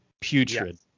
Putrid